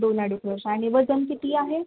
दोन अडीच वर्ष आणि वजन किती आहे